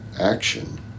action